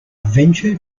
venture